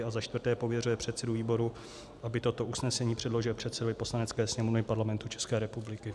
IV. pověřuje předsedu výboru, aby toto usnesení předložil předsedovi Poslanecké sněmovny Parlamentu České republiky.